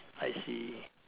I see